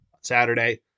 Saturday